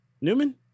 Newman